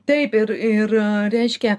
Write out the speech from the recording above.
taip ir ir reiškia